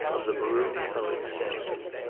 of the maroon-coloured sanctum,